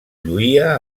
lluïa